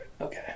Okay